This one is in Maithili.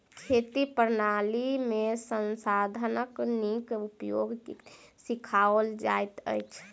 खेती प्रणाली में संसाधनक नीक उपयोग सिखाओल जाइत अछि